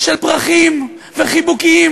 של פרחים וחיבוקים,